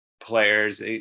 players